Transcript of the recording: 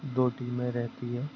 दो टीमें रहती हैं